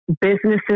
businesses